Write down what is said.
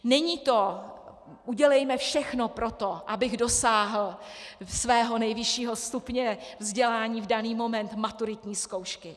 Není to: udělejme všechno pro to, abych dosáhl svého nejvyššího stupně vzdělání v daný moment maturitní zkoušky.